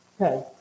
Okay